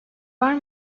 var